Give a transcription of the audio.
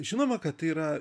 žinoma kad tai yra